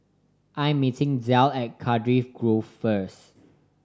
I'm meeting Del at Cardiff Grove first